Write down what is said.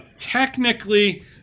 Technically